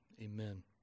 amen